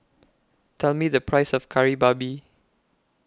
Tell Me The Price of Kari Babi